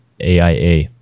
AIA